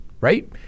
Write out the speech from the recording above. right